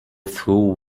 through